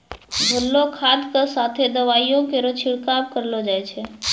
घोललो खाद क साथें दवाइयो केरो छिड़काव करलो जाय छै?